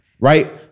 right